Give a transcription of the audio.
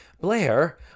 Blair